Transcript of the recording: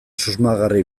susmagarri